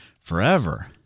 forever